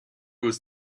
was